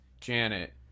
Janet